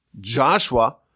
Joshua